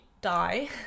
die